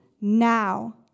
now